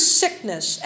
sickness